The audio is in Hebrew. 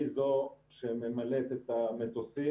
היא זו שממלאת את המטוסים,